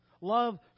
love